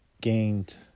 gained